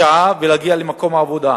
שעה, ולהגיע למקום העבודה.